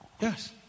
Yes